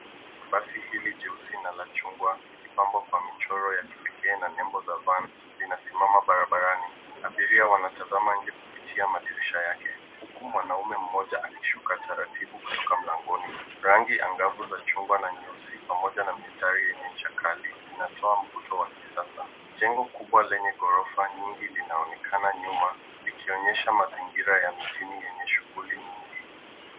Basi hili jeusi na la chungwa likipambwa kwa michoro ya kipekee na nembo za vans linasimama barabarani. Abiria wanatazama nje kupitia madirisha yake. Huku mwanaume mmoja akishuka taratibu kutoka mlangoni. Rangi angavu za chumba na nyeusi pamoja na mistari yenye chakali, zinatoa mvuto wa kisasa. Jengo kubwa lenye ghorofa nyingi linaonekana nyuma, likionyesha mazingira ya mjini yenye shughuli nyingi.